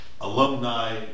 alumni